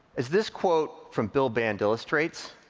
as this quote from bill band illustrates,